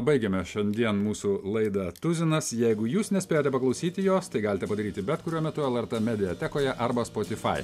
baigiame šiandien mūsų laidą tuzinas jeigu jūs nespėjote paklausyti jos tai galite padaryti bet kuriuo metu lrt mediatekoje arba spotifai